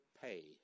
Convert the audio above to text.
pay